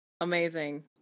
amazing